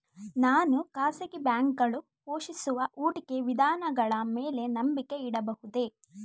ನಾನು ಖಾಸಗಿ ಬ್ಯಾಂಕುಗಳು ಘೋಷಿಸುವ ಹೂಡಿಕೆ ವಿಧಾನಗಳ ಮೇಲೆ ನಂಬಿಕೆ ಇಡಬಹುದೇ?